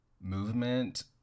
movement